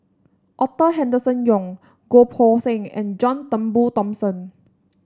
Arthur Henderson Young Goh Poh Seng and John Turnbull Thomson